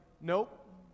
nope